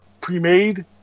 pre-made